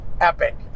Epic